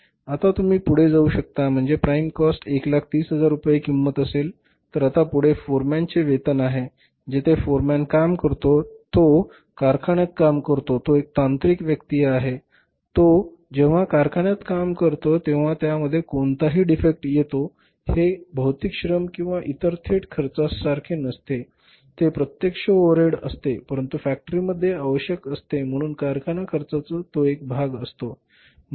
आता तुम्ही पुढे जाऊ शकता म्हणजे प्राईम कॉस्ट 130000 रुपये किंमत असेल तर आता पुढे फोरमॅन चे वेतन आहे जेथे फोरमॅन काम करते तो कारखान्यात काम करतो तो एक तांत्रिक व्यक्ती आहे तो जेव्हा कारखान्यात काम करतो तेव्हा त्यामध्ये कोणताही डिफेक्ट येतो हे भौतिक श्रम किंवा इतर थेट खर्चासारखे नसते ते अप्रत्यक्ष ओव्हरहेड असते परंतु फॅक्टरीमध्ये आवश्यक असते म्हणून कारखाना खर्चाचा तो एक भाग असतो